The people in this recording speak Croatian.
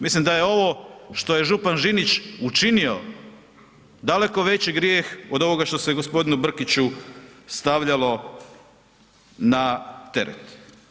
Mislim da je ovo što je župan Žinić učinio, daleko veći grijeh od ovoga što se g. Brkiću stavljalo na teret.